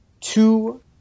two